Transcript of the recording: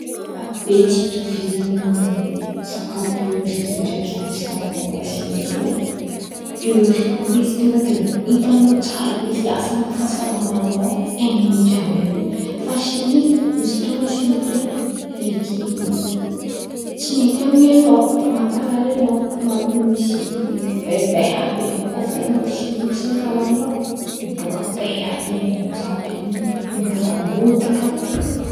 Be tsy fitovizan̈y sakafo biôloziky ndraiky ampiasan̈a akora simika io ai, biôloziky bôka izy tonga de itan̈ao tsara be fiasan̈y amy fasalaman̈ao, ain̈in̈ao jiàby an̈y in̈y fa simiky, misy fotoan̈a simika ren̈y mety tsy mety ain̈ao, mamparary an̈ao mampimisy baibay àby ain̈in̈ao kô fa hain̈ao oe simiky zay hoan̈inao mibôka bay àby ain̈in̈ao jiàby in̈y, mibotambotaka.